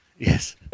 yes